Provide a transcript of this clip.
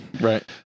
right